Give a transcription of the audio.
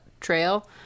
trail